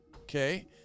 Okay